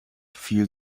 fiel